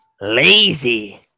Lazy